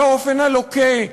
על האופן הלוקה,